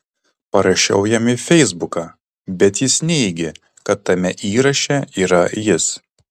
parašiau jam į feisbuką bet jis neigė kad tame įraše yra jis